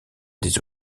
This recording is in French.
des